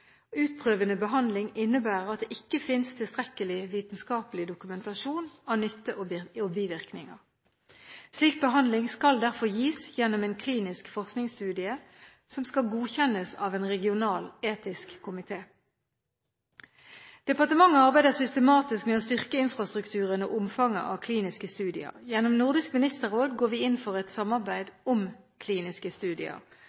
Utprøvende behandling innebærer at det ikke finnes tilstrekkelig vitenskapelig dokumentasjon av nytte og bivirkninger. Slik behandling skal derfor gis gjennom en klinisk forskningsstudie, som skal godkjennes av en regional etisk komité. Departementet arbeider systematisk med å styrke infrastrukturen og omfanget av kliniske studier. Gjennom Nordisk Ministerråd går vi inn for et